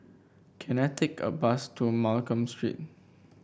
can I take a bus to Mccallum Street